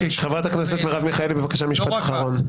חברת הכנסת מרב מיכאלי, בבקשה משפט אחרון.